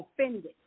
offended